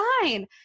fine